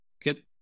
get